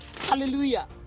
Hallelujah